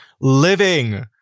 Living